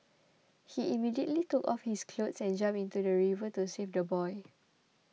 he immediately took off his clothes and jumped into the river to save the boy